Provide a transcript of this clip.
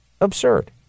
absurd